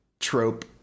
Trope